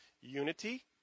unity